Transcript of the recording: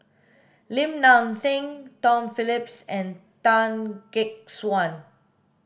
Lim Nang Seng Tom Phillips and Tan Gek Suan